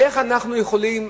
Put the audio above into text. איך אנחנו יכולים